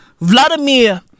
Vladimir